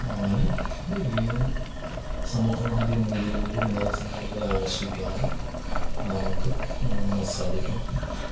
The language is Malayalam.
അങ്ങനെ ഈ സമൂഹമാധ്യമം വേദികളിൽ ഒരു വിനോദ സഞ്ചാരികളെ ആകർഷിക്കാനും നമുക്ക് സാധിക്കും